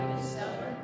stubborn